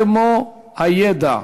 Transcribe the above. כמו הידע,